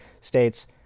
states